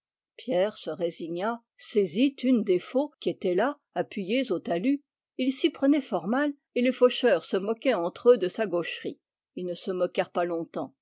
pierre se résigna saisit une des faux qui étaient là appuyées au talus il s'y prenait fort mal et les faucheurs se moquaient entre eux de sa gaucherie ils ne se moquèrent pas longtemps